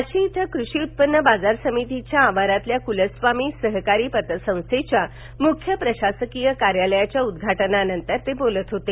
वाशी अ कृषी उत्पन्न बाजार समितीच्या आवारातील कुलस्वामी सहकारी पतसंस्थेच्या मुख्य प्रशासकीय कार्यालयाच्या उद्घाटनानंतर ते बोलत होते